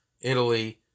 Italy